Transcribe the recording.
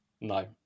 No